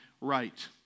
right